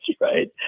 right